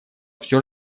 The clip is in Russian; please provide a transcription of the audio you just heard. все